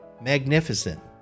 Magnificent